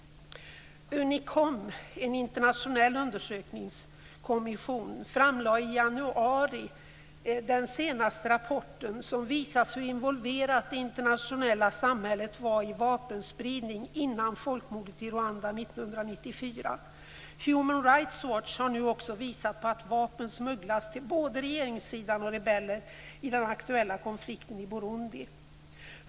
UNICOM, en internationell undersökningskommission, framlade i januari den senaste rapporten som visar hur involverat det internationella samhället var i vapenspridning innan folkmordet i Rwanda 1994. Human Right Watch har nu också visat på att vapen smugglas till både regeringssidan och rebeller i den aktuella konflikten i Burundi.